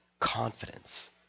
confidence